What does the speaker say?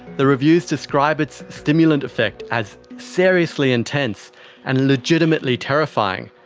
the reviews describe its stimulant affect as seriously intense and legitimately terrifying.